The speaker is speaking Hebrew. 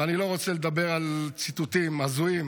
ואני לא רוצה לדבר על ציטוטים הזויים